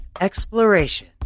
exploration